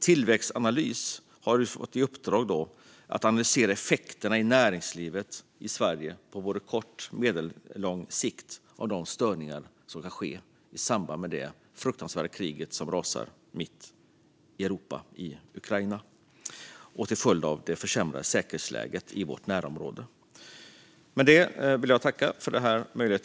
Tillväxtanalys har fått i uppdrag att analysera effekterna i näringslivet i Sverige på både kort och medellång sikt av de störningar som kan ske i samband med det fruktansvärda krig som rasar mitt i Europa liksom till följd av det försämrade säkerhetsläget i vårt närområde.